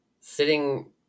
sitting